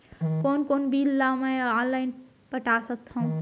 कोन कोन बिल ला मैं ऑनलाइन पटा सकत हव?